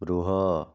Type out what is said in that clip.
ରୁହ